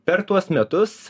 per tuos metus